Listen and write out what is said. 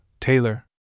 Taylor